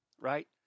right